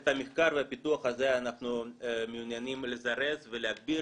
את המחקר והפיתוח הזה אנחנו מעוניינים לזרז ולהגביר